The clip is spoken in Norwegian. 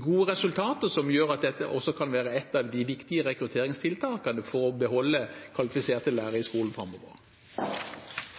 gode resultater, som gjør at dette også kan være ett av de viktige rekrutteringstiltakene for å beholde kvalifiserte lærere i skolen framover.